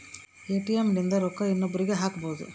ATM ಇಂದ ರೊಕ್ಕ ಇನ್ನೊಬ್ರೀಗೆ ಹಕ್ಬೊದು